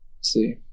see